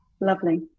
lovely